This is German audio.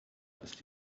ist